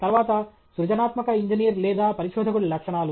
తర్వాత సృజనాత్మక ఇంజనీర్ లేదా పరిశోధకుడి లక్షణాలు